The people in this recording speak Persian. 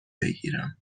بگیرم